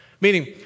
meaning